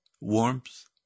warmth